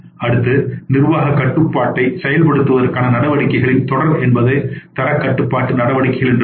அடுத்து நிர்வாகக் கட்டுப்பாட்டைச் செயல்படுத்துவதற்கான நடவடிக்கைகளின் தொடர் என்பது தரக் கட்டுப்பாட்டு நடவடிக்கைகள் என்று பொருள்